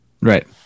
Right